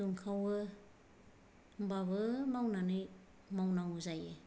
दुंखावो होमबाबो मावनानै मावनांगौ जायो